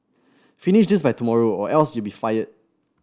finish this by tomorrow or else you'll be fired